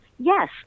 Yes